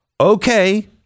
Okay